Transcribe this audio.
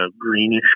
greenish